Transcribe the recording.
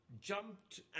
jumped